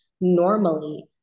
normally